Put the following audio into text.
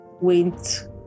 went